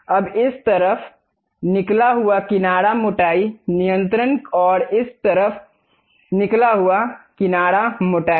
अब इस तरफ निकला हुआ किनारा मोटाई नियंत्रण और इस तरफ निकला हुआ किनारा मोटाई